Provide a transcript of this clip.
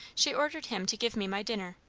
she ordered him to give me my dinner.